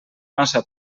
massa